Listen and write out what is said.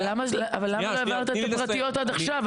אבל למה לא העברת את הפרטיות עד עכשיו?